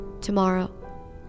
tomorrow